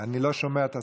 אני לא שומע את השר.